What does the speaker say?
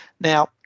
Now